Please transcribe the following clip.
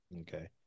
Okay